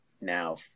now